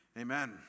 amen